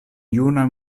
juna